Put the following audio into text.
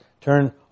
turn